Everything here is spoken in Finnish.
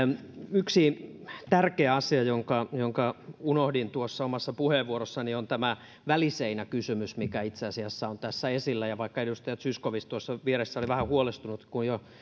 yksi tärkeä asia jonka jonka unohdin tuossa omassa puheenvuorossani on tämä väliseinäkysymys mikä itse asiassa on tässä esillä ja vaikka edustaja zyskowicz tuossa vieressä oli vähän huolestunut kun jo